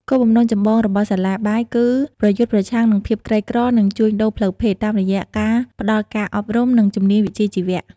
គោលបំណងចម្បងរបស់សាលាបាយគឺ ប្រយុទ្ធប្រឆាំងនឹងភាពក្រីក្រ និងជួញដូរផ្លូវភេទ តាមរយៈការផ្តល់ការអប់រំ និងជំនាញវិជ្ជាជីវៈ។